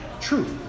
Truth